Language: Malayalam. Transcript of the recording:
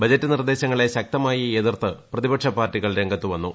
ബജറ്റ് നിർദ്ദേശങ്ങളെ ശക്തമായി എതിർത്ത് പ്രതിപക്ഷ പാർട്ടികൾ രംഗത്തുവന്നു